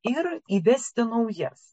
ir įvesti naujas